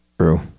True